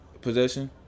possession